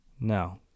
No